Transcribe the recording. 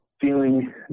feeling –